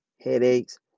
headaches